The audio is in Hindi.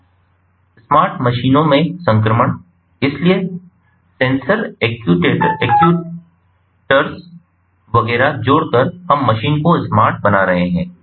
स्मार्ट मशीनों में संक्रमण इसलिए सेंसर एक्ट्यूएटर्स वगैरह जोड़कर हम मशीन को स्मार्ट बना रहे हैं